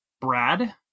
Brad